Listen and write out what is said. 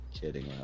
kidding